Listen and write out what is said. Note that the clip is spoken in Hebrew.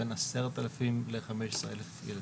עשרת אלפים לחמש עשרה אלף ילדים.